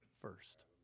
first